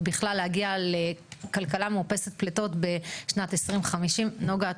ובכלל להגיע לכלכלה מאופסת פליטת עד 2050. נגה,